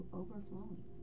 overflowing